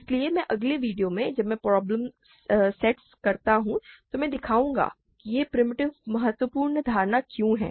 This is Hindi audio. इसलिए मैं अगले वीडियो में जब मैं प्रॉब्लम सेट्स करता हूं तो मैं दिखाऊंगा कि यह प्रिमिटिव महत्वपूर्ण धारणा क्यों है